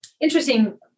interesting